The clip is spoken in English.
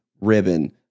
ribbon